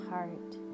Heart